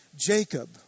Jacob